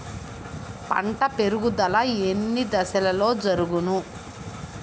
పంట పెరుగుదల ఎన్ని దశలలో జరుగును?